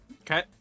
Okay